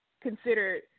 considered